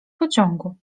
pociągu